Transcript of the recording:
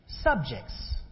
subjects